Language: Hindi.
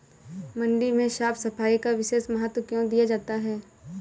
मंडी में साफ सफाई का विशेष महत्व क्यो दिया जाता है?